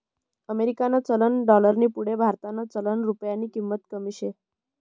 अमेरिकानं चलन डालरनी पुढे भारतनं चलन रुप्यानी किंमत कमी शे